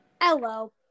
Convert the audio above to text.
Hello